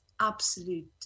absolute